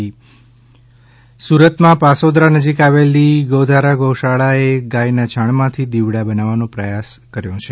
ગાયના છાણથી દિવડા સુરતમાં પાસોદરા નજીક આવેલી ગોધારા ગૌશાળાએ ગાયના છાણમાંથી દિવડા બનાવવાનો પ્રયાસ કર્યો છે